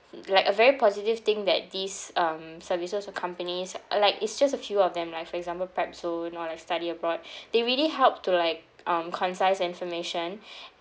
like a very positive thing that these um services or companies uh like it's just a few of them like for example prep zone or like study abroad they really help to like um concise information